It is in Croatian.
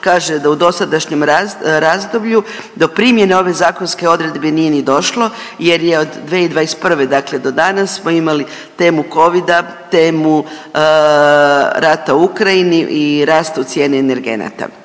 kaže da u dosadašnjem razdoblju do primjene ove zakonske odredbe nije ni došlo jer je od 2021., dakle do danas smo imali temu covida, temu rata u Ukrajini i rastu cijene energenata